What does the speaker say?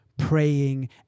praying